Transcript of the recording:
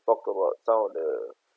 talk about some of the